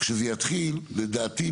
כשזה יתחיל לדעתי,